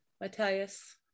Matthias